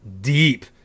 deep